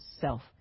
self